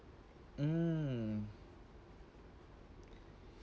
mm